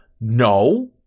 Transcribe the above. No